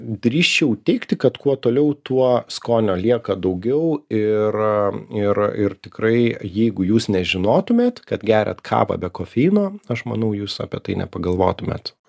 drįsčiau teigti kad kuo toliau tuo skonio lieka daugiau ir ir ir tikrai jeigu jūs nežinotumėt kad geriat kavą be kofeino aš manau jūs apie tai nepagalvotumėt